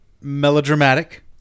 melodramatic